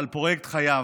על פרויקט חייו,